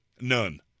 None